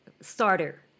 starter